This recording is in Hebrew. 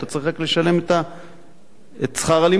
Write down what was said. אתה צריך רק לשלם את שכר הלימוד.